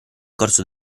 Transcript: corso